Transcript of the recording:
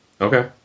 Okay